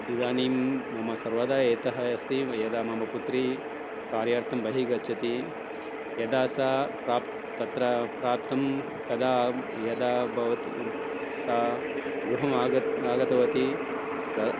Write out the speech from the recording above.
इदानीं मम सर्वदा एतः अस्ति यदा मम पुत्री कार्यार्थं बहिः गच्छति यदा सा प्राप तत्र प्राप्तं कदा यदा भवति सा गृहमागत्य आगतवती सः